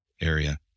area